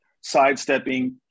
sidestepping